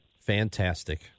Fantastic